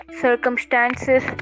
circumstances